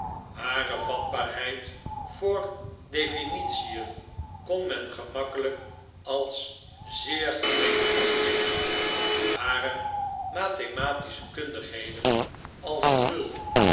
hare vatbaarheid voor definition kon men gemakkelijk als zeer gering opgeven hare mathematische kundigheden als nul